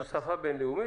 האם זו שפה בינלאומית,